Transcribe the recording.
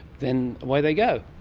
then away they go.